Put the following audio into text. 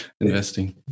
investing